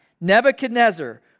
Nebuchadnezzar